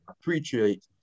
appreciate